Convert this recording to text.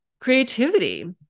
creativity